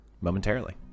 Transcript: momentarily